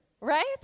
Right